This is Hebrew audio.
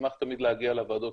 נשמח תמיד להגיע לוועדות,